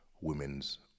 women's